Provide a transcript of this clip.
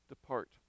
depart